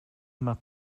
mar